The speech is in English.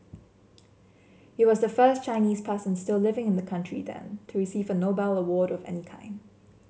he was the first Chinese person still living in the country then to receive a Nobel award of any kind